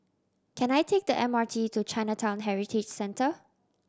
can I take the M R T to Chinatown Heritage Centre